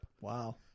Wow